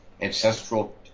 ancestral